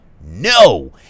no